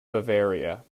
bavaria